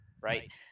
right